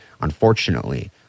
unfortunately